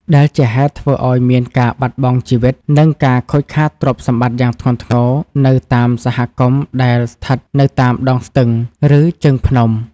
ដែលជាហេតុធ្វើឱ្យមានការបាត់បង់ជីវិត និងការខូចខាតទ្រព្យសម្បត្តិយ៉ាងធ្ងន់ធ្ងរនៅតាមសហគមន៍ដែលស្ថិតនៅតាមដងស្ទឹង ឬជើងភ្នំ។